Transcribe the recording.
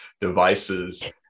devices